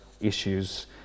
issues